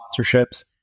sponsorships